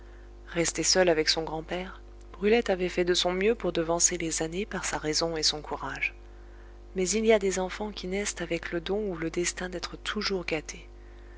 restée seule avec son grand-père brulette avait fait de son mieux pour devancer les années par sa raison et son courage mais il y a des enfants qui naissent avec le don ou le destin d'être toujours gâtés